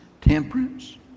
temperance